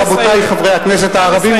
רבותי חברי הכנסת הערבים,